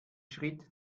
schritt